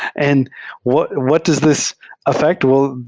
and what and what does this affect? well,